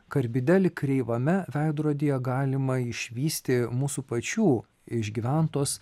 karbide lyg kreivame veidrodyje galima išvysti mūsų pačių išgyventos